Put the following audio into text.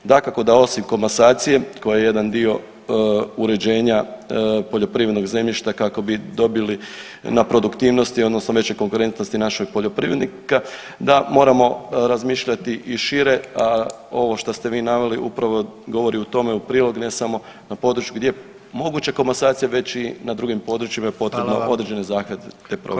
Dakako da osim komasacije koja jedan dio uređenja poljoprivrednog zemljišta kako bi dobili na produktivnosti odnosno veće konkurentnosti našeg poljoprivrednika da moramo razmišljati i šire, a ovo što ste vi naveli upravo govori tome prilog ne samo na području gdje je moguće komasacija već i na drugim područjima je potrebno određene [[Upadica: Hvala vam.]] zahvate provesti.